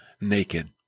naked